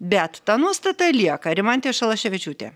bet ta nuostata lieka rimantė šalaševičiūtė